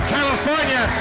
California